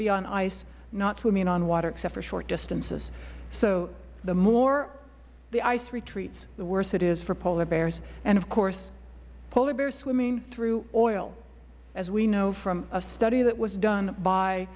be on ice not swimming in water except for short distances so the more the ice retreats the worse it is for polar bears and of course polar bears swimming through oil as we know from a study that was done by